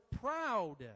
proud